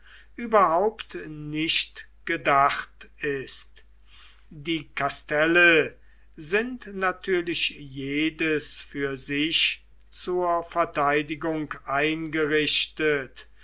überhaupt nicht gedacht ist die kastelle sind natürlich jedes für sich zur verteidigung eingerichtet